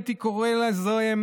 הייתי קורא להן,